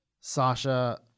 Sasha